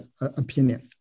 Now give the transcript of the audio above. opinion